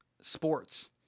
sports